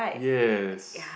yes